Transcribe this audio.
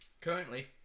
Currently